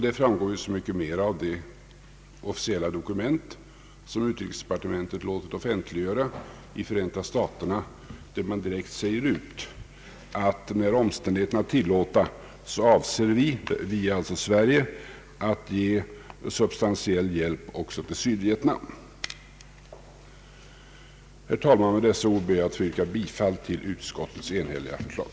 Detta framgår så mycket mer av det officiella dokument som utrikesdepartementet låtit offentliggöra i Förenta staterna och i vilket det direkt sägs ut att när omständigheterna det tillåter avser vi, d.v.s. Sverige, att ge substantiell hjälp också till Sydvietnam. Herr talman! Med dessa ord ber jag att få yrka bifall till utskottets enhälliga förslag.